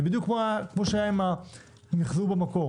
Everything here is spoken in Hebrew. זה בדיוק כמו שהיה עם המיחזור במקור